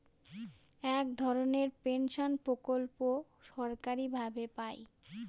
এক ধরনের পেনশন প্রকল্প সরকারি ভাবে পাই